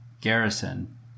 garrison